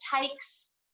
takes